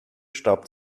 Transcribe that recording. staub